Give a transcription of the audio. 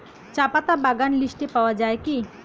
চাপাতা বাগান লিস্টে পাওয়া যায় কি?